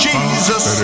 Jesus